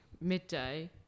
midday